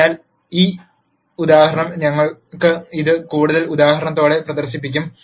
അതിനാൽ ഈ ഉദാഹരണം ഞങ്ങൾ ഇത് കൂടുതൽ ഉദാഹരണത്തോടെ പ്രദർശിപ്പിക്കും